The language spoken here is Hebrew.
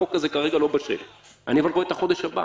החוק הזה כרגע לא בשל אבל אני רואה את החודש הבא